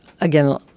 again